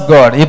God